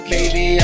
Baby